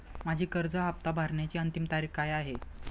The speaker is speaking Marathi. माझी कर्ज हफ्ता भरण्याची अंतिम तारीख काय आहे?